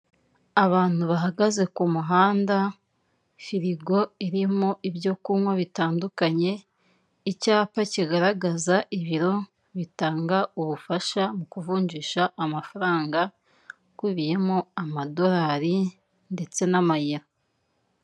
Abantu bahagaze ku muhanda, firigo irimo ibyo kunywa bitandukanye, icyapa kigaragaza ibiro bitanga ubufasha mu kuvunjisha amafaranga akubiyemo amadorari ndetse n'amayero.